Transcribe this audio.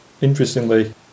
interestingly